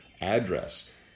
address